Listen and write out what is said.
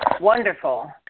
wonderful